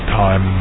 time